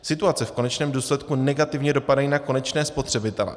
Situace v konečném důsledku negativně dopadá na konečné spotřebitele.